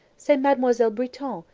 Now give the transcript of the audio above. c'est mademoiselle britton,